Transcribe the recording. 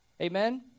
Amen